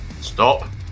Stop